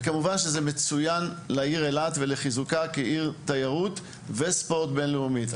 וכמובן שזה מצוין לעיר אילת ולחיזוקה כעיר תיירות וספורט בינלאומית.